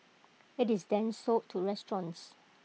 IT is then sold to restaurants